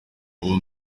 ubu